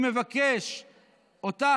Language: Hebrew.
אני מבקש אותך,